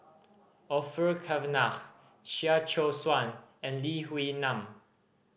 Orfeur Cavenagh Chia Choo Suan and Lee Wee Nam